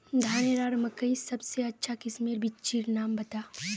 धानेर आर मकई सबसे अच्छा किस्मेर बिच्चिर नाम बता?